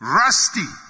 rusty